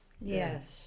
yes